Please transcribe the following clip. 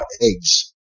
eggs